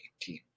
team